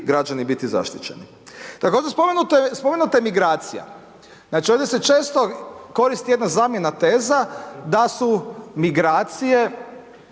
građani biti zaštićeni. Također, spomenuto je, spomenuta je migracija. Znači ovdje se često koristi jedna zamjena teza da su migracije